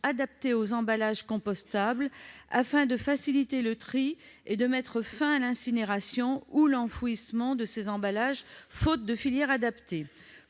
adaptés aux emballages compostables. Il s'agit de faciliter le tri et de mettre fin à l'incinération ou à l'enfouissement de ces emballages faute de filière adaptée.